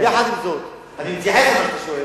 עם זאת, אני אתייחס למה שאתה שואל.